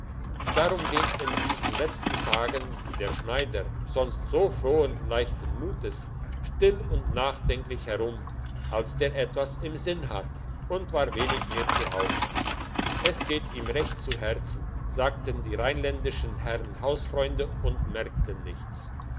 darum ging in diesen letzten tagen der schneider sonst so frohen leichten mutes still und nachdenklich herum als der etwas im sinn hat und war wenig mehr zu hause es geht ihm recht zu herzen sagten die rheinländischen herren hausfreunde und merkten nichts